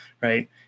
Right